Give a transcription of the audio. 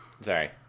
Sorry